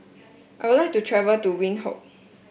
I would like to travel to Windhoek